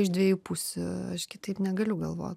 iš dviejų pusių aš kitaip negaliu galvot